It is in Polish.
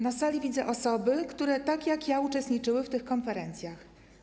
Na sali widzę osoby, które tak jak ja uczestniczyły w tych konferencjach.